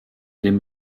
dem